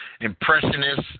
impressionist